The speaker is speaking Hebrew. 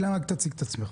אילן, בבקשה תציג את עצמך.